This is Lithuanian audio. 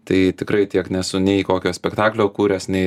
tai tikrai tiek nesu nei kokio spektaklio kūręs nei